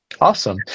Awesome